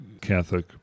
Catholic